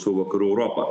su vakarų europa